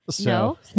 No